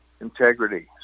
integrity